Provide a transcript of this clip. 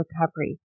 recovery